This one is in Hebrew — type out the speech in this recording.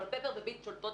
אבל פפר וביט שולטות